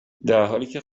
درحالیکه